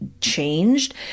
changed